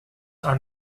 are